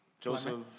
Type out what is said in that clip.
Joseph